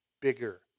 bigger